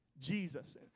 Jesus